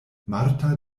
marta